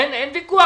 אין ויכוח.